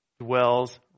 dwells